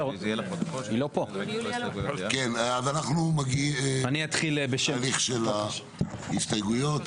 כן, אז אנחנו מתחילים בהליך ההסתייגויות.